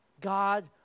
God